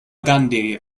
gandhi